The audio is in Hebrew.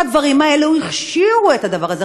והדברים האלו הכשירו את הדבר הזה.